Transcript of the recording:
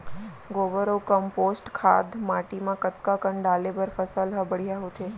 गोबर अऊ कम्पोस्ट खाद माटी म कतका कन डाले बर फसल ह बढ़िया होथे?